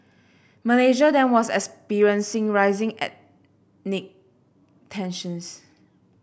Malaysia then was experiencing rising ethnic tensions